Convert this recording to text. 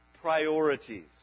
priorities